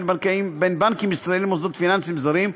בנקים ישראליים למוסדות פיננסיים זרים,